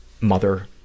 mother